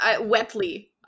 wetly